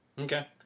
Okay